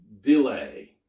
delay